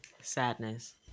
Sadness